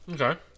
okay